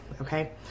Okay